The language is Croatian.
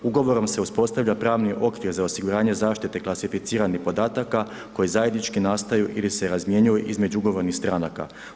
Ugovorom se uspostavlja pravni okvir za osiguranje zaštite klasificiranih podataka koji zajednički nastaju ili se razmjenjuju između ugovornih stranaka.